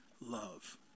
love